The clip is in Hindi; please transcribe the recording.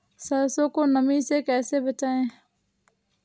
सरसो को नमी से कैसे बचाएं?